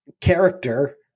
character